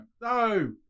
No